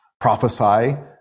prophesy